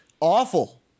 awful